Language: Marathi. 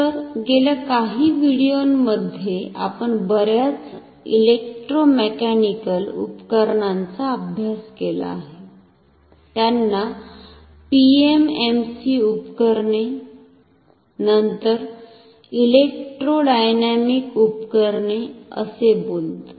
तर गेल्या काही व्हिडिओंमध्ये आपण बर्याच इलेक्ट्रोमेकॅनिकल उपकरणांचा अभ्यास केला आहे त्यांना पीएमएमसी उपकरणे नंतर इलेक्ट्रोडायनामिक उपकरणे असे बोलतो